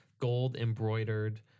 gold-embroidered